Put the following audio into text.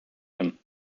him